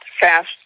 fast